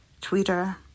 Twitter